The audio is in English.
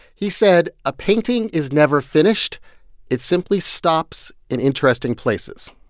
he said, a painting is never finished it simply stops in interesting places,